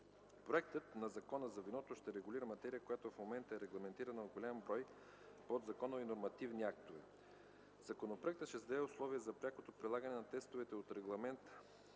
Законопроектът за виното ще регулира материя, която в момента е регламентирана в голям брой подзаконови нормативни актове. Законопроектът ще създаде условия за прякото прилагане на текстове от Регламент